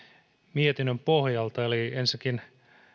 mietinnön pohjalta ensinnäkin